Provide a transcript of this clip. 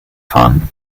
fahren